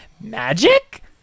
Magic